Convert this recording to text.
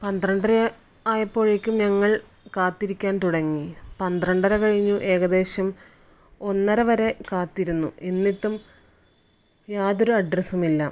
പന്ത്രണ്ടര ആയപ്പോഴേക്കും ഞങ്ങൾ കാത്തിരിക്കാൻ തുടങ്ങി പന്ത്രണ്ടര കഴിഞ്ഞു ഏകദേശം ഒന്നര വരെ കാത്തിരുന്ന് എന്നിട്ടും യാതൊരു അഡ്രസ്സും ഇല്ല